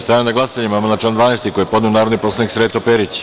Stavljam na glasanje amandman na član 12. koji je podneo narodni poslanik Sreto Perić.